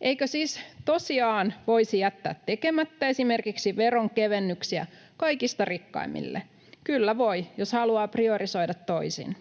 Eikö siis tosiaan voisi jättää tekemättä esimerkiksi veronkevennyksiä kaikista rikkaimmille? Kyllä voi, jos haluaa priorisoida toisin.